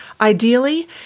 Ideally